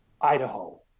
Idaho